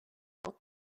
what